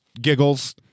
giggles